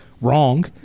wrong